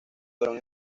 fueron